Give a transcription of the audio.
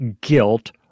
guilt